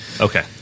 Okay